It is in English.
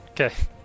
Okay